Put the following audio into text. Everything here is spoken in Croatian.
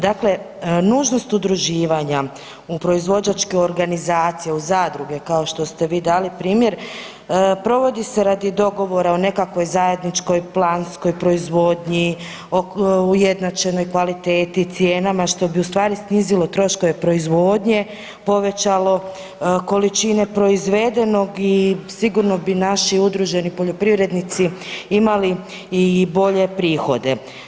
Dakle, nužnost udruživanja u proizvođačke organizacije u zadruge kao što ste vi dali primjer provodi se radi dogovora o nekakvoj zajedničkoj planskoj proizvodnji, o ujednačenoj kvaliteti, cijenama što bi ustvari snizilo troškove proizvodnje, povećalo količine proizvedenog i sigurno bi naši udruženi poljoprivrednici imali i bolje prihode.